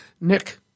Nick